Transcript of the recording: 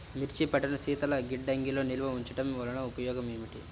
మిర్చి పంటను శీతల గిడ్డంగిలో నిల్వ ఉంచటం వలన ఉపయోగం ఏమిటి?